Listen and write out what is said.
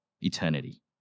eternity